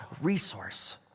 resource